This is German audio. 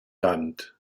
land